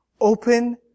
open